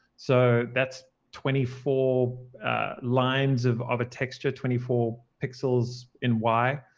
so that's twenty four lines of of a texture, twenty four pixels in y.